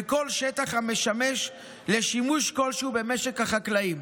וכל שטח המשמש לשימוש כלשהו במשק חקלאי".